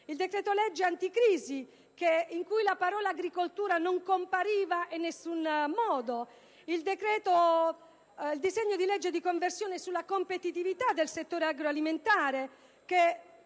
il decreto-legge anticrisi, in cui la parola «agricoltura» non compariva in alcun modo; il disegno di legge di conversione del decreto sulla competitività del settore agroalimentare,